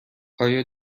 آیا